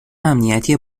امنیتی